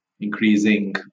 increasing